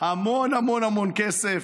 המון המון המון כסף.